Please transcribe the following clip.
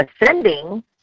ascending